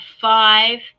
five